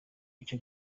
bice